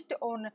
on